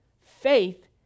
Faith